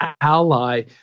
ally